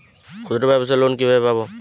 ক্ষুদ্রব্যাবসার লোন কিভাবে পাব?